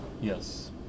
yes